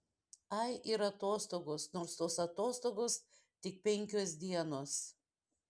ai ir atostogos nors tos atostogos tik penkios dienos